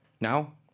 now